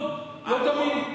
לא, לא תמיד.